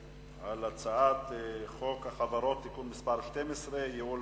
על הצעת חוק החברות (תיקון מס' 12) (ייעול